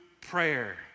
prayer